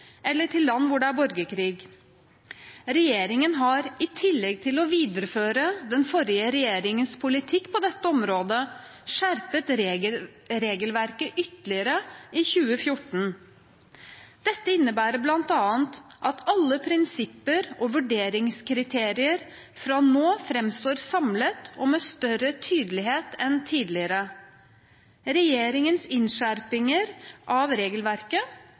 eller til land hvor det er borgerkrig». Regjeringen har i tillegg til å videreføre den forrige regjeringens politikk på dette området skjerpet regelverket ytterligere i 2014. Dette innebærer bl.a. at alle prinsipper og vurderingskriterier fra nå framstår samlet og med større tydelighet enn tidligere. Regjeringens innskjerping av regelverket